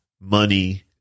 money